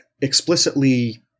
explicitly